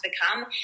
become